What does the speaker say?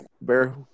Bear –